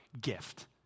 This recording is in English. gift